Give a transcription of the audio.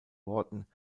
worten